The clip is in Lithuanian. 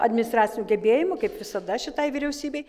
administracinių gebėjimų kaip visada šitai vyriausybei